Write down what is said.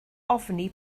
ofni